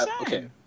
okay